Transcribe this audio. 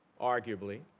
arguably